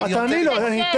טלי פלוסקוב ואלי כהן,